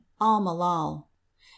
Al-Malal